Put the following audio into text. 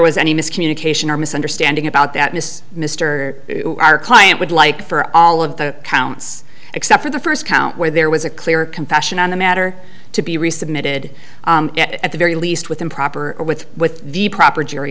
was any miscommunication or misunderstanding about that mr our client would like for all of the counts except for the first count where there was a clear confession on the matter to be resubmitted at the very least with improper or with with the proper j